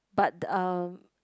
but um